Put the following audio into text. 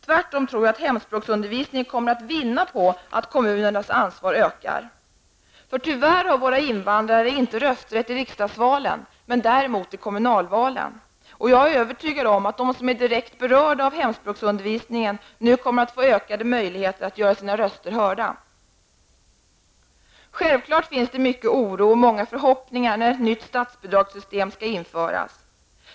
Tvärtom tror jag att hemspråksundervisningen kommer att vinna på att kommunernas ansvar ökar. Tyvärr har våra invandrare inte rösträtt i riksdagsvalen, men däremot i kommunalvalen. Jag är övertygad om att de som är direkt berörda av hemspråksundervisningen nu kommer att få ökade möjligheter att göra sina röster hörda. Självfallet finns det mycket oro och många förhoppningar när ett nytt statsbidragssystem skall införas.